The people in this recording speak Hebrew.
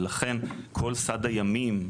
לכן כל סעד הימים,